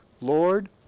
Lord